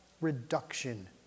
reduction